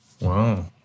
Wow